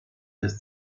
des